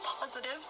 positive